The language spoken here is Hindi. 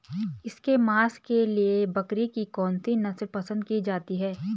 इसके मांस के लिए बकरी की कौन सी नस्ल पसंद की जाती है?